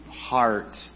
Heart